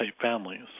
families